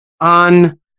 on